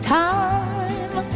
time